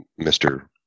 Mr